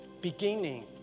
beginning